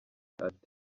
ati